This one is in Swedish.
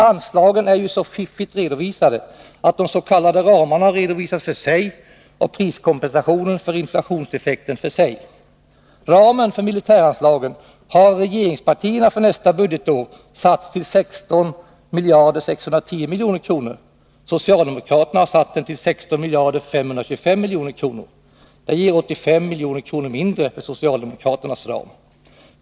Anslagen är ju så fiffigt redovisade att de s.k. ramarna redovisas för sig och priskompensationen för inflationseffekten för sig. Ramen för militäranslagen har av regeringspartierna för nästa budgetår satts till 16 610 milj.kr.; socialdemokraterna har satt den till 16 525 milj.kr. Det ger 85 milj.kr. mindre för socialdemokraternas ram.